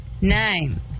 Nine